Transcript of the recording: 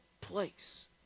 place